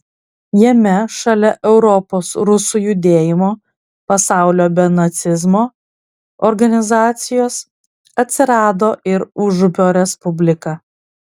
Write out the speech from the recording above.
jame šalia europos rusų judėjimo pasaulio be nacizmo organizacijos atsirado ir užupio respublika